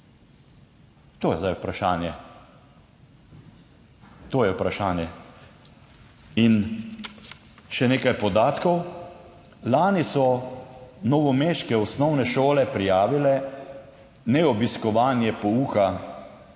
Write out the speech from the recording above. To je zdaj vprašanje. To je vprašanje. Še nekaj podatkov. Lani so novomeške osnovne šole prijavile neobiskovanje pouka